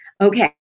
Okay